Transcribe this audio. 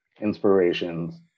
inspirations